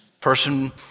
person